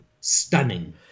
stunning